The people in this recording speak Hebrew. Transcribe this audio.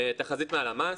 תחזית הלמ"ס.